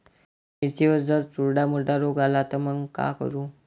मिर्चीवर जर चुर्डा मुर्डा रोग आला त मंग का करू?